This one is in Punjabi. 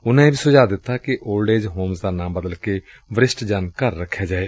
ਉਨਾਂ ਇਹ ਵੀ ਸੁਝਾਅ ਦਿੱਤਾ ਕਿ ਓਲਡ ਏਜ ਹੋਮਜ਼ ਦਾ ਨਾਂ ਬਦਲ ਕੇ ਵਰਿਸ਼ਠ ਜਨ ਘਰ ਰਖਿਆ ਜਾਏ